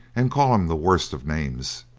and call him the worst of names.